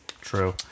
True